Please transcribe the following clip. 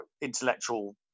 intellectual